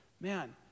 man